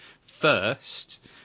first